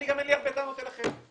אין לי הרבה טענות אליכם.